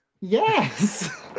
Yes